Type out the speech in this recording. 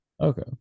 Okay